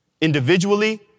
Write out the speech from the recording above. Individually